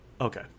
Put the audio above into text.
Okay